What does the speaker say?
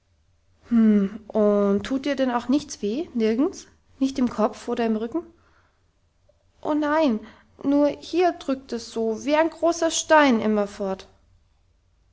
und tut dir denn auch nichts weh nirgends nicht im kopf oder im rücken o nein nur hier drückt es so wie ein großer stein